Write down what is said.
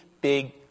big